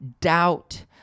doubt